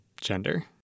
gender